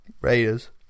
Raiders